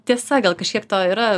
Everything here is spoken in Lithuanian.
tiesa gal kažkiek to yra